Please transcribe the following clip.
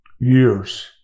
years